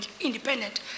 independent